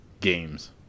games